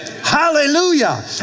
Hallelujah